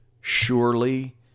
surely